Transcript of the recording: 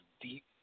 deep